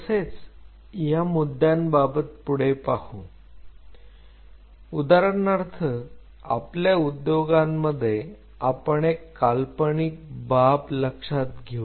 तसेच या मुद्द्यांबाबत पुढे पाहू उदाहरणार्थ आपल्या उद्योगांमध्ये आपण एक काल्पनिक बाब लक्षात घेऊ